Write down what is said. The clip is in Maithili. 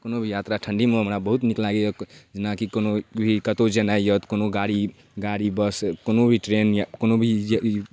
कोनो भी यात्रा ठण्डीमे हमरा बहुत नीक लागैया जेना कि कतौ जेनाइ यऽ तऽ कोनो गाड़ी गाड़ी बस कोनो भी ट्रेन या कोनो भी जे